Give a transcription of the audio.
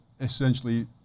essentially